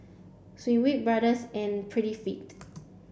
Schweppe Brothers and Prettyfit